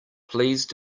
please